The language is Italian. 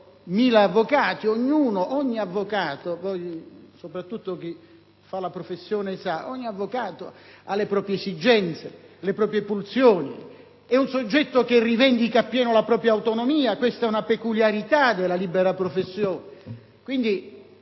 avvocati: ogni avvocato - soprattutto chi fa la professione lo sa - ha le proprie esigenze, le proprie pulsioni, è un soggetto che rivendica appieno la propria autonomia, questa è una peculiarità della libera professione. Mettere